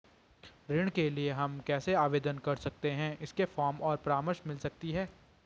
ऋण के लिए हम कैसे आवेदन कर सकते हैं इसके फॉर्म और परामर्श मिल सकती है?